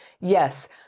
Yes